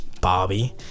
Bobby